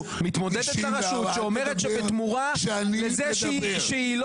מתמודדת לראשות שאומרת שבתמורה לזה שהיא לא